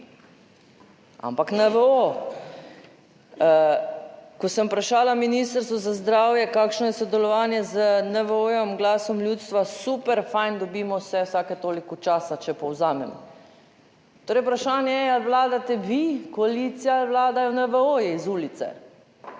ampak NVO. Ko sem vprašala Ministrstvo za zdravje, kakšno je sodelovanje z NVO-jem, glasom ljudstva, super, fajn, dobimo se vsake toliko časa, če povzamem. Torej, vprašanje je, ali vladate vi koalicija ali vladajo NVO-ji iz ulice,